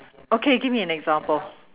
okay give me an example